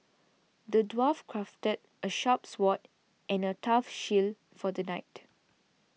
the dwarf crafted a sharp sword and a tough shield for the knight